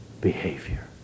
behavior